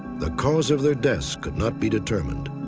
the cause of their deaths could not be determined.